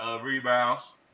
rebounds